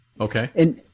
Okay